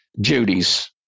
Judy's